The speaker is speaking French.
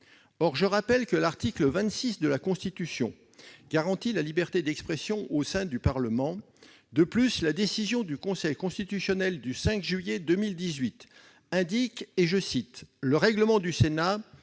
Or je rappelle que l'article 26 de la Constitution garantit la liberté d'expression au sein du Parlement. De plus, la décision du Conseil constitutionnel du 5 juillet 2018 indique :« Toutefois, le règlement du Sénat